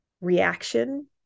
reaction